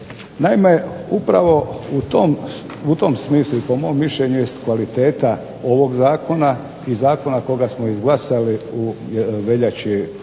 Naime, upravo u tom smislu i po mom mišljenju jest kvaliteta ovog zakona i zakona koga smo izglasali u veljači